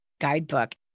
guidebook